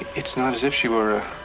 it's not as if she were